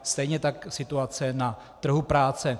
Stejně tak situace na trhu práce.